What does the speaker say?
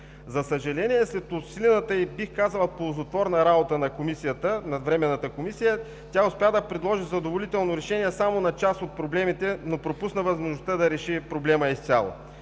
За съжаление, след усилената и, бих казал, ползотворна работа на Временната комисия, тя успя да предложи задоволително решение само на част от проблемите, но пропусна възможността да реши проблема изцяло.